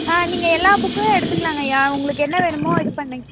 ஆ நீங்கள் எல்லா புக்கும் எடுத்துக்கலாங்கய்யா உங்களுக்கு என்ன வேணுமோ இது பண்ணுங்க